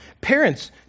Parents